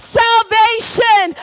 salvation